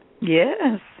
Yes